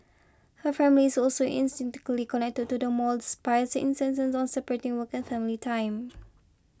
her family is also connected to the mall despite insistence on separating work and family time